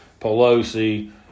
Pelosi